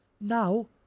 Now